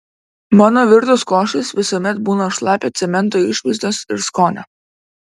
mano virtos košės visuomet būna šlapio cemento išvaizdos ir skonio